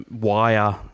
wire